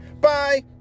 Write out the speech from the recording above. Bye